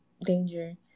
danger